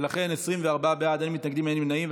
ולכן 24 בעד, אין מתנגדים ואין נמנעים.